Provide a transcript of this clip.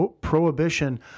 Prohibition